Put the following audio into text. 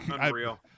Unreal